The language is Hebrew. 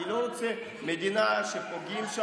אני לא רוצה מדינה שבה פוגעים,